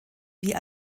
wie